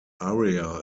area